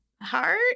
heart